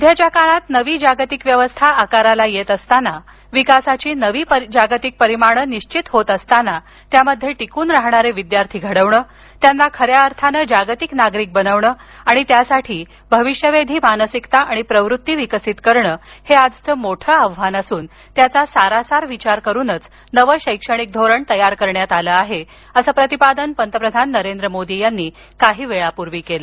सध्याच्या काळात नवी जागतिक व्यवस्था आकाराला येत असताना विकासाची नवी जागतिक परिमाणं निश्चित होत असताना त्यामध्ये टिकून राहणारे विद्यार्थी घडवणं त्यांना खऱ्या अर्थानं जागतिक नागरिक बनवणं आणि त्यासाठी भविष्यवेधी मानसिकता आणि प्रवृत्ती विकसित करणं हे आजचं मोठं आव्हान असून त्याचा सारासार विचार करूनच नवं शैक्षणिक धोरण तयार करण्यात आलं आहे असं प्रतिपादन पंतप्रधान नरेंद्र मोदी यांनी काही वेळापूर्वी केलं